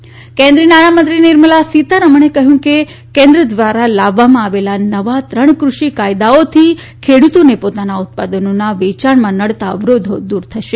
સીતારમણ કેન્દ્રીય નાણામંત્રી નિર્મલા સીતારમણે કહયું કે કેન્દ્ર ધ્વારા લાવવામાં આવેલા નવા ત્રણ ક્રષિ કાયદાઓથી ખેડ઼તોને પોતાના ઉત્પાદનોના વેચાણમાં નડતા અવરોધો દુર થશે